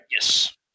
Yes